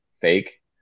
fake